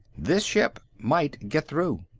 this ship might get through.